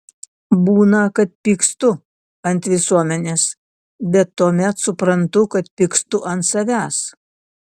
būna kad pykstu ant visuomenės bet tuomet suprantu kad pykstu ant savęs